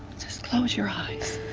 just close your eyes.